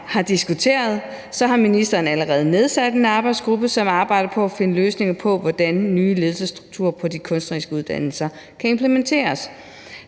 har diskuteret, har ministeren allerede nedsat en arbejdsgruppe, som arbejder på at finde løsninger på, hvordan nye ledelsesstrukturer på de kunstneriske uddannelser kan implementeres.